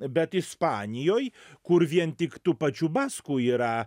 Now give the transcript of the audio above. bet ispanijoj kur vien tik tų pačių baskų yra